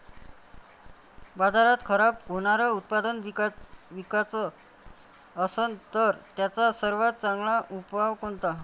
बाजारात खराब होनारं उत्पादन विकाच असन तर त्याचा सर्वात चांगला उपाव कोनता?